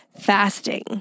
fasting